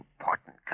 important